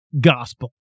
gospel